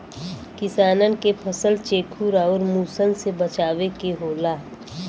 किसानन के फसल चेखुर आउर मुसन से बचावे के होला